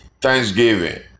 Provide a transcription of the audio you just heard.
thanksgiving